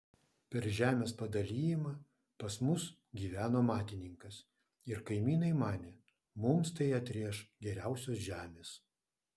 per žemės padalijimą pas mus gyveno matininkas ir kaimynai manė mums tai atrėš geriausios žemės